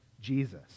Jesus